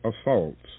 assaults